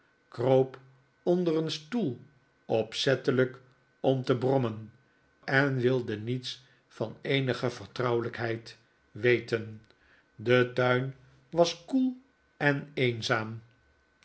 kroop onder een stoel opzettelijk om te brommen en wilde niets van eenige vertrouwelijkheid weten de tuin was koel en eenzaam